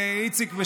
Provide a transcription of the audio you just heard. איציק,